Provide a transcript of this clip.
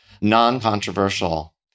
non-controversial